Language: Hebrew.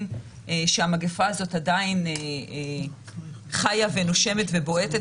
שהמגיפה הזאת עדיין חמה נושמת בועטת